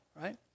right